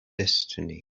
destiny